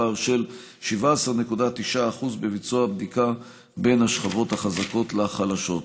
פער של 17.9% בביצוע הבדיקה בין השכבות החזקות לחלשות.